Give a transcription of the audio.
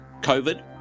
COVID